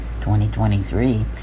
2023